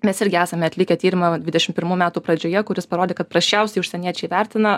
mes irgi esame atlikę tyrimą dvidešim pirmų metų pradžioje kuris parodė kad prasčiausiai užsieniečiai vertina